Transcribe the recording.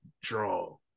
draw